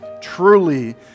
truly